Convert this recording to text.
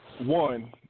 one